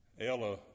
Ella